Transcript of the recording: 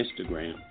Instagram